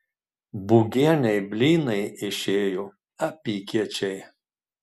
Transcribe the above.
būgienei blynai išėjo apykiečiai